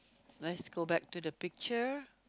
let's go back to the picture